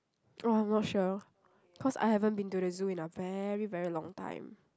oh I'm not sure cause I haven't been to the zoo in a very very long time